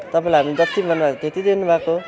तपाईँले हामीलाई जत्ति माग्नुभएको हो त्यत्ति दिनुभएको हो